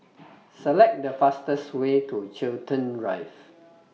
Select The fastest Way to Chiltern Drive